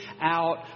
out